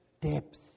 depth